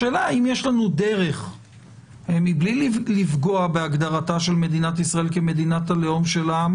השאלה אם יש דרך לא לפגוע בהגדרת מדינת ישראל כמדינת הלאום של העם